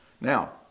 Now